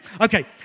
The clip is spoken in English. Okay